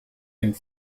and